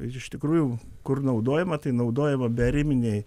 ir iš tikrųjų kur naudojama tai naudojama beariminėj